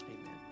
Amen